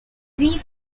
three